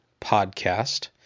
Podcast